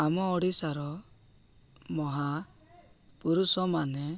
ଆମ ଓଡ଼ିଶାର ମହାପୁରୁଷ ମାନେ